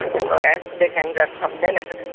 and long as they can get some benefit.